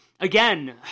Again